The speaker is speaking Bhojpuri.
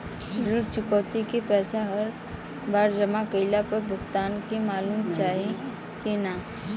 ऋण चुकौती के पैसा हर बार जमा कईला पर भुगतान के मालूम चाही की ना?